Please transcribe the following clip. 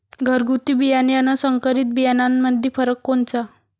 घरगुती बियाणे अन संकरीत बियाणामंदी फरक कोनचा?